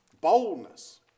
Boldness